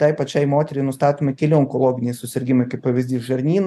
tai pačiai moteriai nustatomi keli onkologiniai susirgimai kaip pavyzdys žarnyno